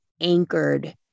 anchored